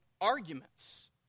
arguments